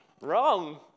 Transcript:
Wrong